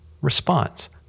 response